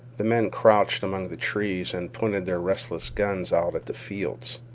the men crouched among the trees and pointed their restless guns out at the fields.